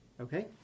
Okay